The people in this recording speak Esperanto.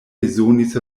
bezonis